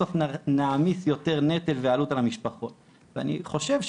בסוף נעמיס יותר נטל ועלות על המשפחות ואני חושב,